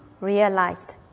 realized